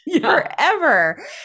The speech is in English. forever